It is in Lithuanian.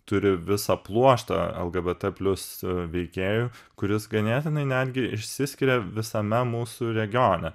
turi visą pluoštą lgbt plius veikėju kuris ganėtinai netgi išsiskiria visame mūsų regione